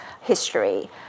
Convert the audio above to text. history